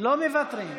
לא מוותרים.